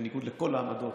בניגוד לכל העמדות